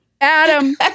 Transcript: Adam